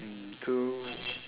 and so